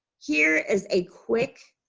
here is a quick,